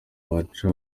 bacu